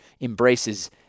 embraces